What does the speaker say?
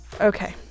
Okay